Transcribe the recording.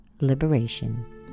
liberation